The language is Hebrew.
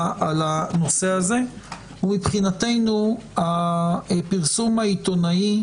על הנושא הזה ומבחינתנו חשיבותו הגדולה של הפרסום העיתונאי